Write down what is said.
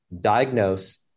Diagnose